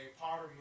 Potter